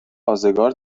آزگار